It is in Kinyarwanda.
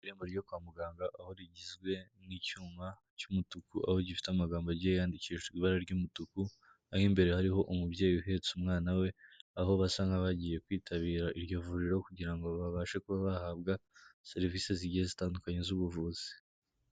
Ijambo ryo kwa muganga, aho rigizwe n'icyuma cy'umutuku, aho gifite amagambo agiye yandikishwa ibara ry'umutuku, aho imbere hariho umubyeyi uhetse umwana we, aho basa nk'abagiye kwitabira iryo vuriro, kugira ngo babashe kuba bahabwa serivise zigiye zitandukanye z'ubuvuzi.